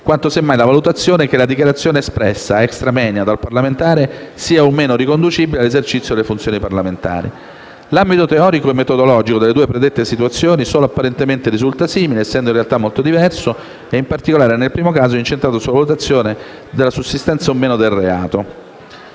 quanto semmai la valutazione che la dichiarazione espressa *extra moenia* dal parlamentare sia o no riconducibile all'esercizio di funzioni parlamentari. L'ambito teorico e metodologico delle due predette situazioni solo apparentemente risulta simile, essendo in realtà molto diverso, e in particolare nel primo caso incentrato sulla valutazione della sussistenza o no del reato.